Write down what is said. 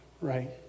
right